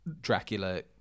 Dracula